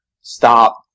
stop